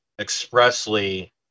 expressly